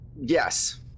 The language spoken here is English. Yes